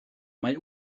mae